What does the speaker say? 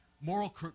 Moral